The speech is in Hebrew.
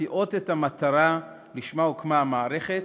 מחטיא את המטרה שלשמה הוקמה המערכת